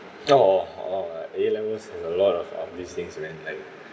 uh all right A levels has a lot of of these things man like